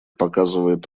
показывает